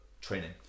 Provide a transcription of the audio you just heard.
training